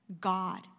God